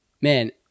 man